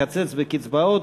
מקצץ בקצבאות,